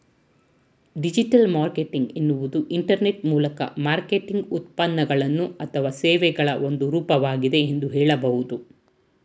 digital marketing ಎನ್ನುವುದು internet ಮೂಲಕ marketing ಉತ್ಪನ್ನಗಳು ಅಥವಾ ಸೇವೆಗಳ ಒಂದು ರೂಪವಾಗಿದೆ ಎಂದು ಹೇಳಬಹುದು